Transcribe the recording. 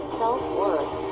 self-worth